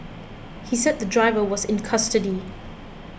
he said the driver was in custody